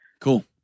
Cool